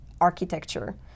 architecture